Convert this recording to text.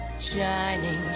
Shining